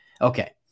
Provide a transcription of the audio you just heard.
Okay